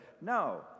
no